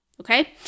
okay